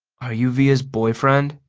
are you via's boyfriend?